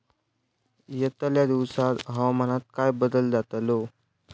यतल्या दिवसात हवामानात काय बदल जातलो?